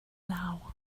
law